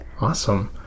Awesome